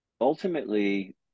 ultimately